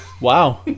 wow